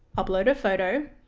upload a photo.